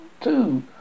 two